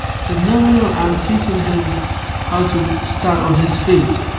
said, no, no, no. i'm teaching him how to start on his feet.